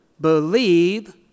believe